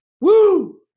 Woo